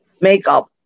makeup